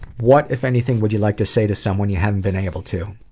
what, if anything, would you like to say to someone you haven't been able to?